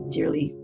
Dearly